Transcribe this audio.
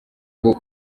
kugira